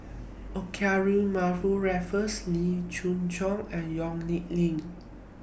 Olivia Mariamne Raffles Wee Chong Jin and Yong Nyuk Lin